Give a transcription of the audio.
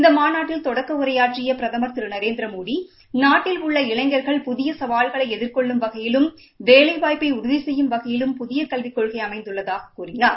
இந்த மாநாட்டில் தொடக்க உரையாற்றிய பிரதம் திரு நரேந்திரமோடி நாட்டில் உள்ள இளைஞர்கள் புதிய சவால்களை எதிர்கொள்ளும் வகையிலும் வேலைவாய்ப்பை உறுதி செய்யும் வகையிலும் புதிய கல்விக் கொள்கை அமைந்துள்ளதாக கூறினார்